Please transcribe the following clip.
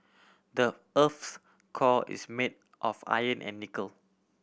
the earth's core is made of iron and nickel